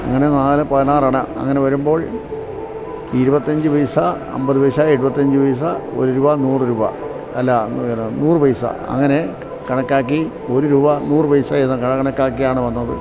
അങ്ങനെ നാല് പതിനാറണ അങ്ങനെ വരുമ്പോൾ ഇരുപത്തിയഞ്ചു പൈസ അന്പതു പൈസ എഴുപത്തിയഞ്ചു പൈസ ഒരു രൂപ നൂറു രൂപ അല്ല നൂറു പൈസ അങ്ങനെ കണക്കാക്കി ഒരു രൂപ നൂറു പൈസ എന്നു കണക്കാക്കിയാണ് വന്നത്